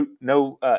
No